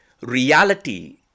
Reality